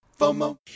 FOMO